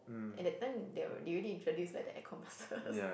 at that time they all they already introduce like the air compressors